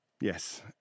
Yes